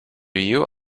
you